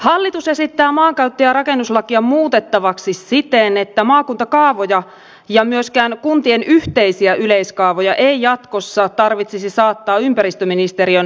hallitus esittää maankäyttö ja rakennuslakia muutettavaksi siten että maakuntakaavoja ja myöskään kuntien yhteisiä yleiskaavoja ei jatkossa tarvitsisi saattaa ympäristöministeriön vahvistettavaksi